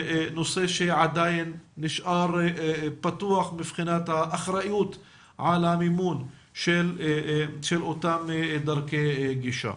נושא שעדיין נשאר פתוח מבחינת האחריות על המימון של אותן דרכי גישה.